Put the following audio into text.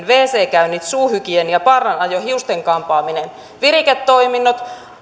wc käynnit suuhygienia parranajo hiusten kampaaminen viriketoiminnot